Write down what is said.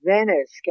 Venice